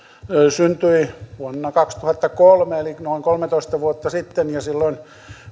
syntyi vuonna kaksituhattakolme eli noin kolmetoista vuotta sitten ja silloin